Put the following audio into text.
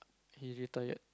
he retired